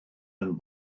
ein